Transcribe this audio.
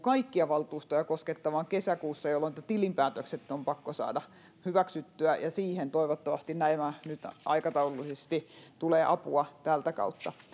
kaikkia valtuustoja koskettaa kesäkuussa se että tilinpäätökset on pakko saada hyväksyttyä ja siihen toivottavasti nyt aikataulullisesti tulee apua tätä kautta